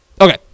Okay